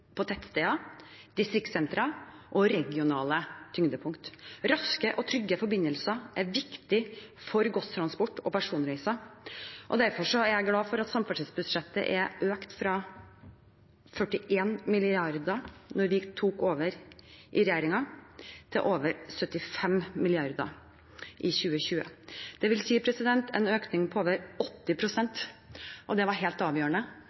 distriktssentre og regionale tyngdepunkt. Raske og trygge forbindelser er viktig for godstransport og personreiser. Derfor er jeg glad for at samferdselsbudsjettet er økt fra 41 mrd. kr i 2013, da vi tok over som regjering, til over 75 mrd. kr i 2020, det vil si en økning på over 80 pst. Det var helt avgjørende